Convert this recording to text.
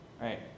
right